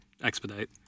Expedite